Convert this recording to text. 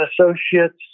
Associates